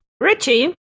Richie